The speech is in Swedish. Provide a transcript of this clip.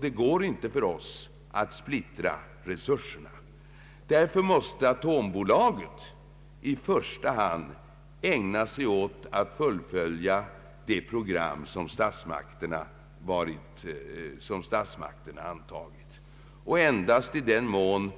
Vi kan inte splittra resurserna. Därför måste Atombolaget i första hand ägna sig åt att fullfölja det program som statsmakterna har antagit. Endast i den mån